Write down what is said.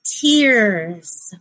Tears